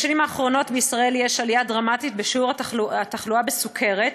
בשנים האחרונות בישראל יש עלייה דרמטית בשיעור התחלואה בסוכרת,